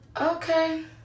Okay